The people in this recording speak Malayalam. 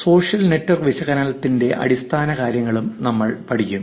സോഷ്യൽ നെറ്റ്വർക്ക് വിശകലനത്തിന്റെ അടിസ്ഥാനകാര്യങ്ങളും നമ്മൾ പഠിക്കും